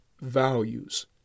values